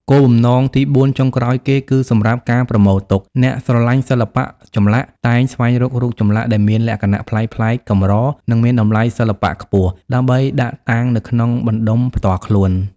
គោលបំណងទីបួនចុងក្រោយគេ គឺសម្រាប់ ការប្រមូលទុក អ្នកស្រឡាញ់សិល្បៈចម្លាក់តែងស្វែងរករូបចម្លាក់ដែលមានលក្ខណៈប្លែកៗ កម្រ និងមានតម្លៃសិល្បៈខ្ពស់ ដើម្បីដាក់តាំងនៅក្នុងបណ្ដុំផ្ទាល់ខ្លួន។